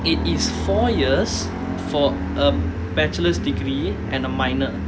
it is four years for a bachelor's degree and a minor